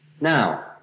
Now